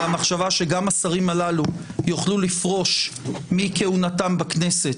המחשבה שגם השרים הללו יוכלו לפרוש מכהונתם בכנסת,